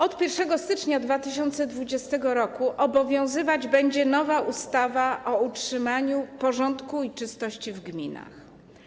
Od 1 stycznia 2020 r. obowiązywać będzie nowa ustawa o utrzymaniu porządku i czystości w gminach.